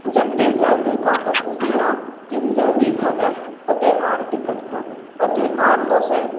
जतेक जल्दी कऽ कऽ के सिलहुँ कि जे जल्दी भऽ जाए ओतेक आओर दिक्कत भऽ गेल ओतेक आओर दोसर